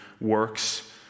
works